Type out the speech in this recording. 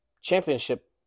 championship